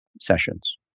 sessions